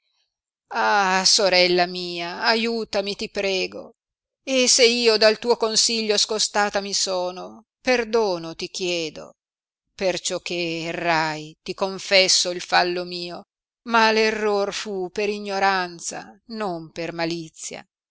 ah sorella mia aiutami ti prego e se io dal tuo consiglio scostata mi sono perdono ti chiedo perciò che errai ti confesso il fallo mio ma error fu per ignoranza non per malizia